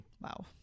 Wow